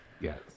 Yes